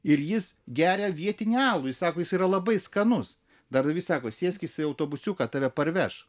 ir jis geria vietinį alų jis sako jis yra labai skanus dar sako sėskis į autobusiuką tave parveš